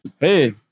Hey